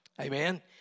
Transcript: Amen